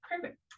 Perfect